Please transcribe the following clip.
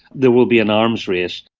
there will be an arms race.